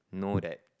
know that